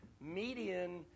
median